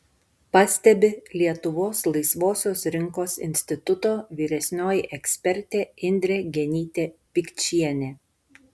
pastebi lietuvos laisvosios rinkos instituto vyresnioji ekspertė indrė genytė pikčienė